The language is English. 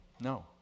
No